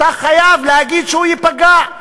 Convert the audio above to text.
אתה חייב להגיד שהוא ייפגע.